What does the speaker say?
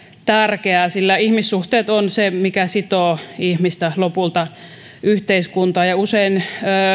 tärkeää sillä ihmissuhteet on se mikä sitoo ihmistä lopulta yhteiskuntaan ja usein